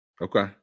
Okay